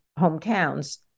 hometowns